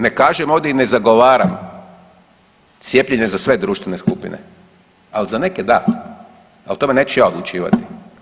Ne kažem ovdje i ne zagovaram cijepljenje za sve društvene skupine, ali za neke da, a o tome neću ja odlučivati.